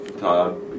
Todd